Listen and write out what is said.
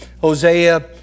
Hosea